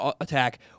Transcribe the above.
attack